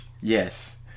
Yes